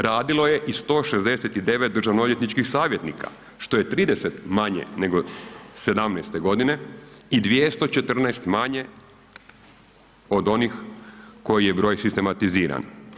Radilo je i 169 državno-odvjetničkih savjetnika što je 30 manje '17. godine i 214 manje od onih koji je broj sistematiziran.